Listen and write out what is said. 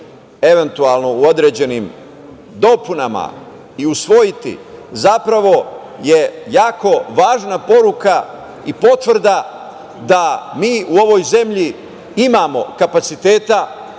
eventualno u određenim dopunama, u usvojiti, zapravo je jako važna poruka i potvrda da mi u ovoj zemlji imamo kapaciteta